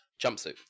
Jumpsuit